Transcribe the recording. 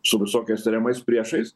su visokias tariamais priešais